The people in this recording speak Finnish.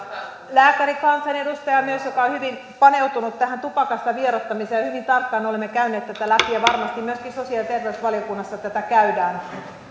lääkärikansanedustaja joka on hyvin paneutunut tähän tupakasta vieroittamiseen hyvin tarkkaan olemme käyneet tätä läpi ja varmasti myöskin sosiaali ja terveysvaliokunnassa tätä käydään